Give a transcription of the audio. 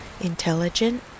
intelligent